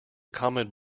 common